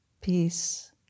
peace